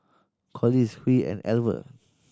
Collis Huy and Alver